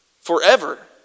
forever